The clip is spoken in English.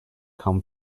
come